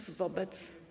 Wobec?